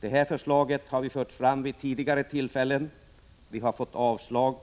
Detta förslag har vi fört fram vid tidigare tillfällen. Vi har fått avslag.